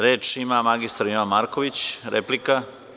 Reč ima mr Jovan Marković, replika.